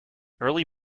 early